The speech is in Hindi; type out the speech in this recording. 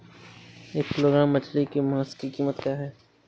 एक किलोग्राम मछली के मांस की कीमत क्या है?